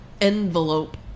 Envelope